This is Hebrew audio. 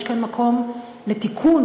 יש כאן מקום לתיקון,